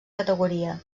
categoria